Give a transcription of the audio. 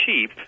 cheap